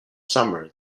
summer